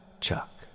Chuck